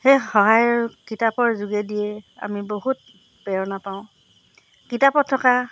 সেই সহায়ৰ কিতাপৰ যোগেদিয়ে আমি বহুত প্ৰেৰণা পাওঁ কিতাপত থকা